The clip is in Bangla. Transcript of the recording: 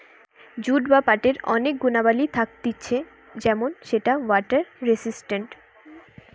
জুট বা পাটের অনেক গুণাবলী থাকতিছে যেমন সেটা ওয়াটার রেসিস্টেন্ট